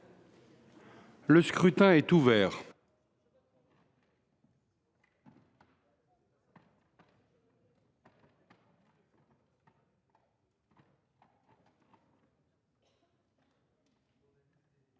Le scrutin est ouvert.